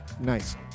Nice